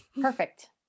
Perfect